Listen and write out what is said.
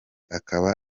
akaba